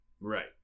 Right